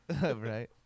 Right